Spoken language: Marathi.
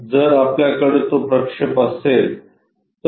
जर आपल्याकडे तो प्रक्षेप असेल तर